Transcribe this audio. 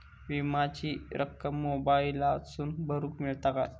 विमाची रक्कम मोबाईलातसून भरुक मेळता काय?